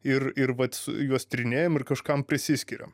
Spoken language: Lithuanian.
ir ir vat juos tyrinėjam ir kažkam prisiskiriam